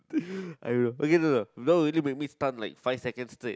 I know okay no no don't really make me stun like five second straight